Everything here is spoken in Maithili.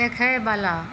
देखयवला